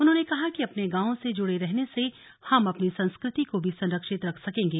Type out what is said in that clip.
उन्होंने कहा कि अपने गांवों से जुड़े रहने से हम अपनी संस्कृति को भी संरक्षित रख सकेंगे